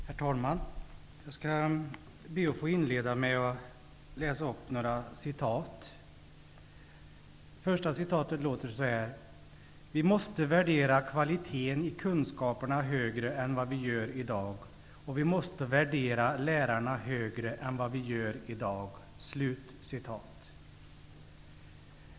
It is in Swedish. Herr talman! Jag skall be att få inleda med att läsa upp några citat. Det första citatet lyder: ''Vi måste värdera kvaliteten i kunskaperna högre än vad vi gör i dag, och vi måste värdera lärarna högre än vad vi gör i dag.''